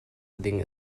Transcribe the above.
ding